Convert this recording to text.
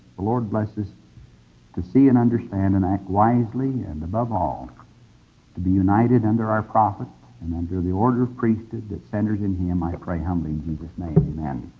the lord bless us to see and understand and act wisely, and above all to be united under our prophet and under the order of priesthood that centers in him, i pray humbly in jesus' name, amen.